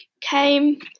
came